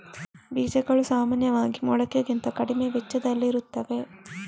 ಬೀಜಗಳು ಸಾಮಾನ್ಯವಾಗಿ ಮೊಳಕೆಗಿಂತ ಕಡಿಮೆ ವೆಚ್ಚದಲ್ಲಿರುತ್ತವೆ